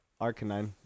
Arcanine